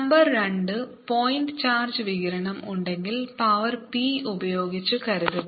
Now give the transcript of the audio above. number രണ്ട് point charge വികിരണം ഉണ്ടെങ്കിൽ പവർ p ഉപയോഗിച്ച് കരുതുക